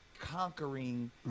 conquering